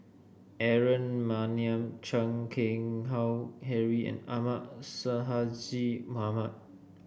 Aaron Maniam Chan Keng Howe Harry and Ahmad Sonhadji Mohamad